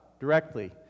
directly